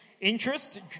Interest